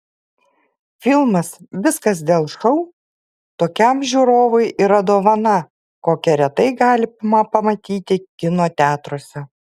filmas viskas dėl šou tokiam žiūrovui yra dovana kokią retai galima pamatyti kino teatruose